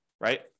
right